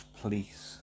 police